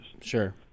Sure